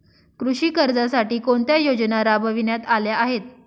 कृषी कर्जासाठी कोणत्या योजना राबविण्यात आल्या आहेत?